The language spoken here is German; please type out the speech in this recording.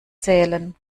zählen